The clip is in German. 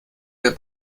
der